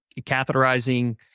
catheterizing